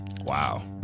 wow